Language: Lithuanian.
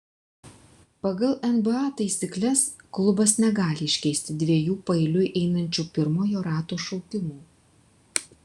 pagal nba taisykles klubas negali iškeisti dviejų paeiliui einančių pirmojo rato šaukimų